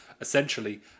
essentially